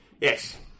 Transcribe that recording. Yes